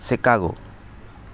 Chicago